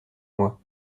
moi